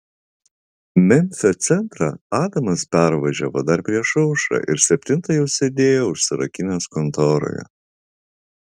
memfio centrą adamas pervažiavo dar prieš aušrą ir septintą jau sėdėjo užsirakinęs kontoroje